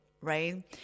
right